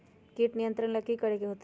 किट नियंत्रण ला कि करे के होतइ?